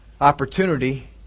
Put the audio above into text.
opportunity